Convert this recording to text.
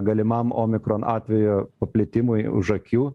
galimam omikron atvejo paplitimui už akių